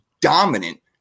dominant